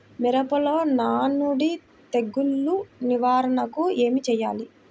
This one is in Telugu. మిరపలో నానుడి తెగులు నివారణకు ఏమి చేయాలి?